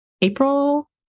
April